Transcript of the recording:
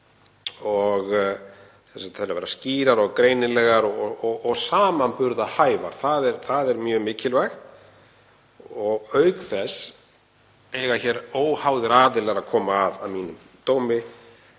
þurfa að vera skýrar og greinilegar og samanburðarhæfar. Það er mjög mikilvægt. Auk þess eiga hér óháðir aðilar að koma að að mínum dómi